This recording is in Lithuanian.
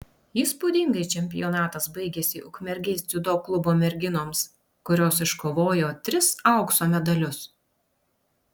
įspūdingai čempionatas baigėsi ukmergės dziudo klubo merginoms kurios iškovojo tris aukso medalius